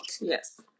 yes